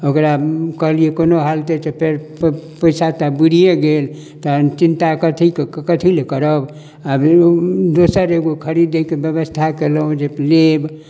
ओकरा कहलियै कोनो हालते तऽ फेर पैसा तऽ बूरीये गेल तहन चिन्ता कथीके कथी लै करब आब दोसर एगो खरीदैके व्यवस्था कयलहुँ जे लेब